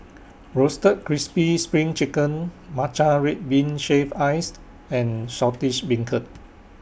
Roasted Crispy SPRING Chicken Matcha Red Bean Shaved Ice and Saltish Beancurd